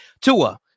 Tua